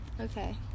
okay